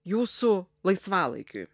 jūsų laisvalaikiui